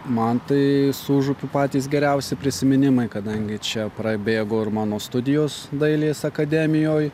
man tai su užupiu patys geriausi prisiminimai kadangi čia prabėgo ir mano studijos dailės akademijoj